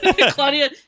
Claudia